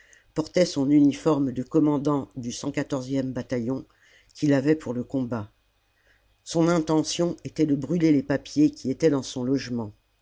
portait son uniforme de commandant du e bataillon qu'il avait pour le combat son intention était de brûler les papiers qui étaient dans son logement